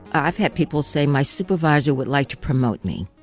i've had people say, my supervisor would like to promote me,